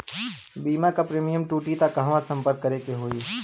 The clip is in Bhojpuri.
बीमा क प्रीमियम टूटी त कहवा सम्पर्क करें के होई?